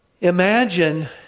Imagine